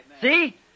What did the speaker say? See